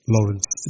Lawrence